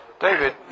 David